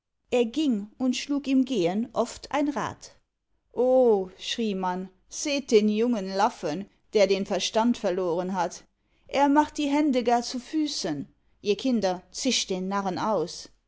er ging und schlug im gehen oft ein rad o schrie man seht den jungen laffen der den verstand verloren hat er macht die hände gar zu füßen ihr kinder zischt den narren aus